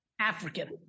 African